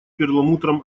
перламутром